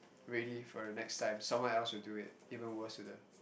ready for their next life someone else will do it even worse to them